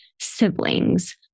siblings